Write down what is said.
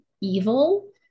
evil